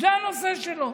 זה הנושא שלו.